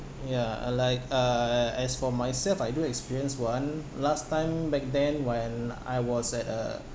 ya uh like uh as for myself I do experience one last time back then when I was at a